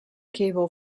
cable